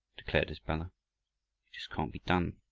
declared his brother. it just can't be done.